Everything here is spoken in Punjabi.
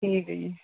ਠੀਕ ਹੈ ਜੀ